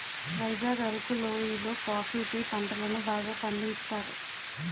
వైజాగ్ అరకు లోయి లో coffee tea పంటలను బాగా పండించుతారు